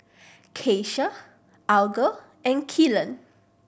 Keisha Alger and Kylan